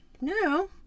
no